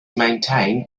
maintained